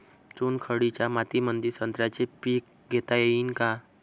चुनखडीच्या मातीमंदी संत्र्याचे पीक घेता येईन का?